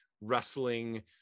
wrestling